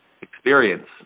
experience